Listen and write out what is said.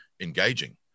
engaging